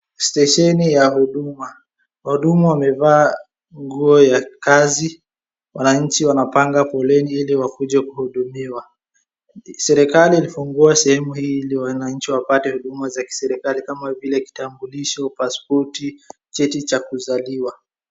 Stesheni ya Huduma , wahudumu wamevaa nguo ya kazi. Wananchi wanapanga foleni ili wakuje kuhudumiwa. Serikali ilifungua sehemu hii ili wananchi wapate huduma za kiserikali kama vile kitambulisho, pasipoti, cheti cha kuzaliwa.